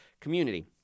community